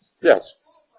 Yes